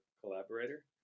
collaborator